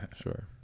sure